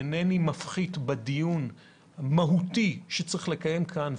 אינני מפחית בדיון המהותי שצריך לקיים כאן,